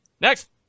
Next